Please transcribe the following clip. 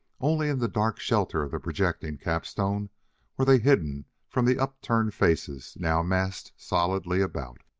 only in the dark shelter of the projecting capstone were they hidden from the upturned faces now massed solidly about.